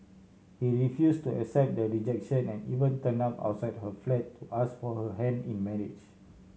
he refused to accept the rejection and even turned up outside her flat to ask for her hand in marriage